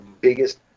biggest